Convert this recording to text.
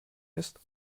ist